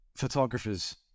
photographers